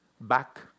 back